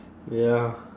ya